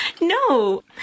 No